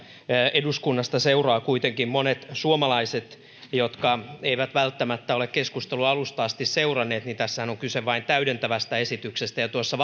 eduskunnasta seuraavat kuitenkin monet suomalaiset jotka eivät välttämättä ole keskustelua alusta asti seuranneet niin tässähän on kyse vain täydentävästä esityksestä ja tuossa